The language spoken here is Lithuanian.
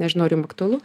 nežinau ar jum aktualu